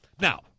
Now